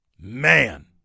Man